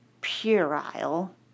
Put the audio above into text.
puerile